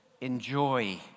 enjoy